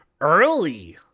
early